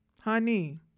Honey